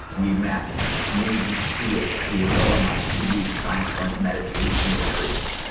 we met navy seals who were going on two-week silent meditation retreats.